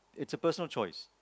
it's a personal choice